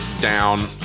down